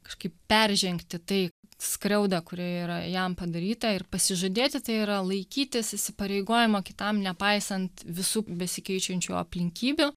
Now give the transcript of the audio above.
kažkaip peržengti tai skriaudą kuri yra jam padaryta ir pasižadėti tai yra laikytis įsipareigojimo kitam nepaisant visų besikeičiančių aplinkybių